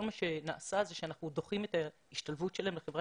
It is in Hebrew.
מה שנעשה זה שאנחנו דוחים את ההשתלבות שלהם בחברה